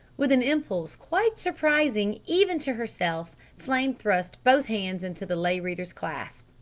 with an impulse quite surprising even to herself flame thrust both hands into the lay reader's clasp.